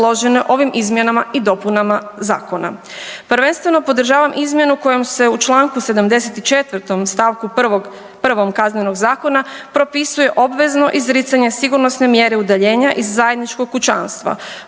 predložene ovim izmjenama i dopunama zakona. Prvenstveno podržavam izmjenu kojom se u čl. 74. st. 1. KZ-a propisuje obvezno izricanje sigurnosne mjere udaljenja iz zajedničkog kućanstva